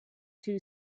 two